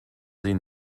sie